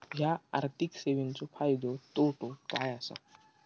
हया आर्थिक सेवेंचो फायदो तोटो काय आसा?